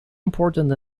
important